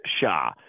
Shah